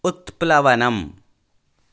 उत्प्लवनम्